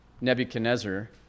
Nebuchadnezzar